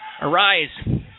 Arise